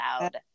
loud